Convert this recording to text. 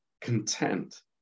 content